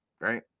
Right